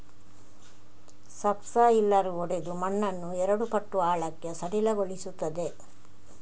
subsoiler ಒಡೆದು ಮಣ್ಣನ್ನು ಎರಡು ಪಟ್ಟು ಆಳಕ್ಕೆ ಸಡಿಲಗೊಳಿಸುತ್ತದೆ